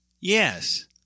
yes